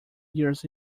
years